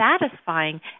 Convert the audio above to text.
satisfying